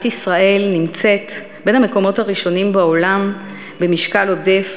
ישראל נמצאת בין המקומות הראשונים בעולם במשקל עודף